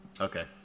Okay